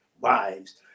Wives